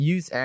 Use